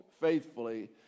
faithfully